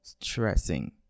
stressing